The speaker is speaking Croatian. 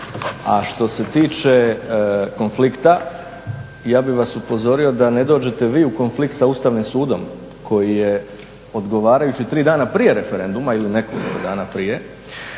A što se tiče konflikta, ja bih vas upozorio da ne dođete vi u konflikt sa Ustavnim sudom koji je odgovarajući tri dana prije referenduma ili nekoliko dana prije